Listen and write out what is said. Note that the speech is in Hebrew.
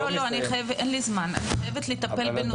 לא, אין זמן, אני חייבת לטפל בנושא השכר.